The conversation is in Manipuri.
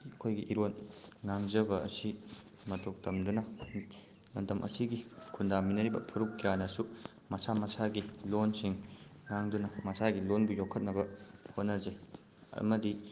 ꯑꯩꯈꯣꯏꯒꯤ ꯏꯔꯣꯟ ꯉꯥꯡꯖꯕ ꯑꯁꯤ ꯃꯇꯧ ꯇꯝꯗꯨꯅ ꯂꯝꯗꯝ ꯑꯁꯤꯒꯤ ꯈꯨꯟꯗꯥꯃꯤꯟꯅꯔꯤꯕ ꯐꯨꯔꯞ ꯀꯌꯥꯅꯁꯨ ꯃꯁꯥ ꯃꯁꯥꯒꯤ ꯂꯣꯟꯁꯤꯡ ꯉꯥꯡꯗꯨꯅ ꯃꯁꯥꯒꯤ ꯂꯣꯟꯕꯨ ꯌꯣꯛꯈꯠꯅꯕ ꯍꯣꯠꯅꯖꯩ ꯑꯃꯗꯤ